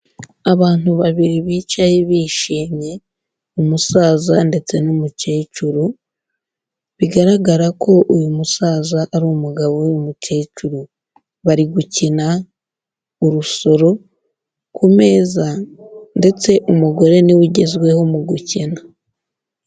Abantu babiri bicaye bishimye, umusaza ndetse n'umukecuru, bigaragara ko uyu musaza ari umugabo w'uyu mukecuru, bari gukina urusoro ku meza ndetse umugore ni we ugezweho mu gukina.